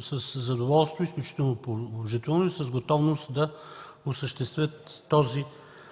със задоволство, изключително положително и с готовност да осъществят този